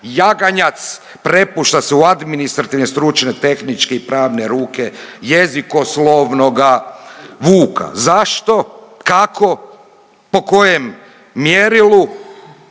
jaganjac prepušta se u administrativne, stručne, tehničke i pravne ruke jezikoslovnoga Vuka. Zašto? Kako? Po kojem mjerilu?